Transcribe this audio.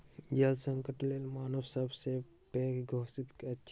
जल संकटक लेल मानव सब सॅ पैघ दोषी अछि